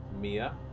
Mia